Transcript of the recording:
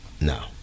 no